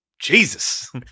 Jesus